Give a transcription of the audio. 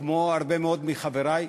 כמו הרבה מאוד מחברי,